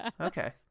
okay